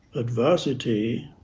adversity